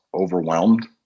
overwhelmed